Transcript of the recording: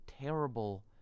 terrible